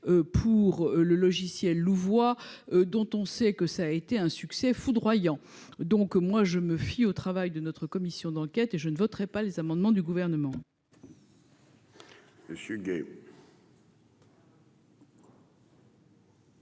pour le logiciel Louvois, dont on sait que ça a été un succès foudroyant, donc moi je me fie au travail de notre commission d'enquête et je ne voterai pas les amendements du gouvernement.